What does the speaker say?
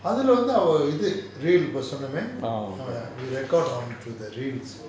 அதுல வந்து அவ இது:athula vanthu ava ithu reel இப்ப சொன்னமே:ippa sonname we record onto the reels